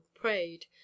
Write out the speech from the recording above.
prayed